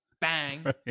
Bang